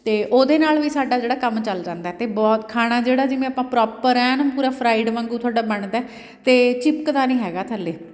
ਅਤੇ ਉਹਦੇ ਨਾਲ਼ ਵੀ ਸਾਡਾ ਜਿਹੜਾ ਕੰਮ ਚੱਲ ਜਾਂਦਾ ਅਤੇ ਬਹੁਤ ਖਾਣਾ ਜਿਹੜਾ ਜਿਵੇਂ ਆਪਾਂ ਪ੍ਰੋਪਰ ਐਨ ਪੂਰਾ ਫਰਾਈਡ ਵਾਂਗੂੰ ਤੁਹਾਡਾ ਬਣਦਾ ਅਤੇ ਚਿਪਕਦਾ ਨਹੀਂ ਹੈਗਾ ਥੱਲੇ